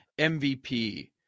MVP